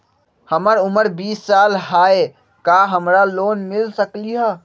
हमर उमर बीस साल हाय का हमरा लोन मिल सकली ह?